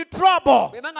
trouble